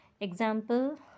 example